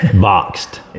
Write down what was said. boxed